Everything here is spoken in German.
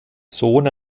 sohn